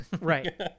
Right